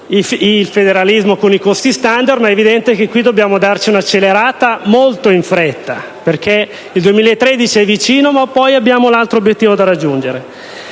il federalismo con i costi *standard*, ma è evidente che qui dobbiamo darci una accelerata, e pure in fretta, perché il 2013 è vicino. Ma poi c'è anche l'altro obiettivo da raggiungere.